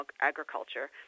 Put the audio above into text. agriculture